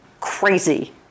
crazy